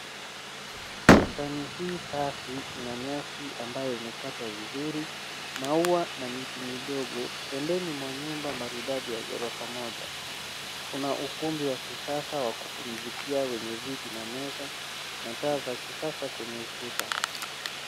Bustani hii safi una nyasi ambayo umekatwa vizuri, maua na miti midogo, pembeni mwa nyumba maridadi ya ghorofa moja, kuna ukumbi wa kisasa wa kupumzikia wenye viti na meza na taa za kisasa kwenye ukuta.